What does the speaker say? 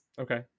Okay